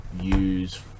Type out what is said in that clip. use